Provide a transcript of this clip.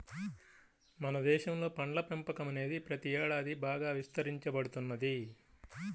మన దేశంలో పండ్ల పెంపకం అనేది ప్రతి ఏడాది బాగా విస్తరించబడుతున్నది